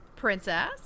princess